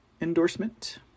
endorsement